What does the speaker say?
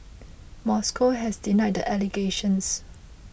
Moscow has denied the allegations